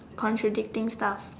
contradicting stuff